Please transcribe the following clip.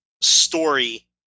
story